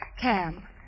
Cam